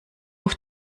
auf